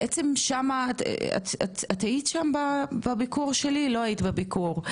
את לא היית בביקור שלי.